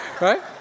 Right